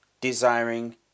desiring